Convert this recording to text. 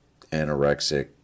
anorexic